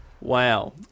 wow